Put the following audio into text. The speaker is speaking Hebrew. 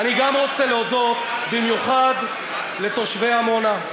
אני גם רוצה להודות במיוחד לתושבי עמונה.